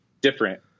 different